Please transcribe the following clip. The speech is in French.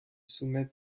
soumet